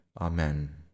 Amen